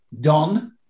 Don